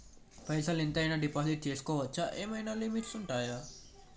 పైసల్ ఎంత అయినా డిపాజిట్ చేస్కోవచ్చా? ఏమైనా లిమిట్ ఉంటదా?